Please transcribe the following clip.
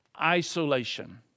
isolation